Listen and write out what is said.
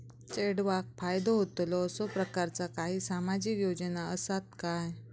चेडवाक फायदो होतलो असो प्रकारचा काही सामाजिक योजना असात काय?